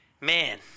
Man